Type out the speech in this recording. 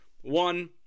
one